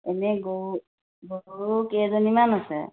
এনেই গৰু গৰু কেইজনীমান আছে